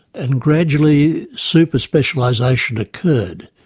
and gradually super specialisation occurred.